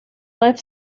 left